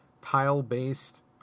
tile-based